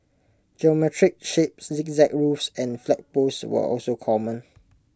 geometric shapes zigzag roofs and flagpoles were also common